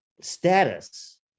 status